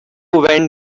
went